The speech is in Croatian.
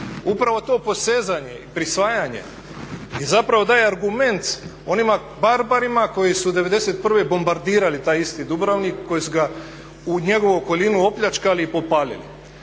Upravo to posezanje i prisvajanje zapravo daje argument onim barbarima koji su '91. bombardirali taj isti Dubrovnik, koji su njegovu okolinu opljačkali i popalili,